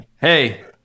Hey